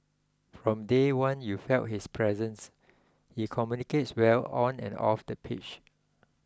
from day one you felt his presence he communicates well on and off the pitch